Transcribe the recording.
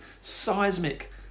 seismic